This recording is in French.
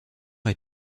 est